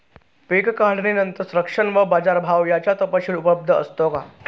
पीक काढणीनंतर संरक्षण व बाजारभाव याचा तपशील उपलब्ध असतो का?